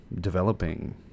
developing